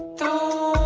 though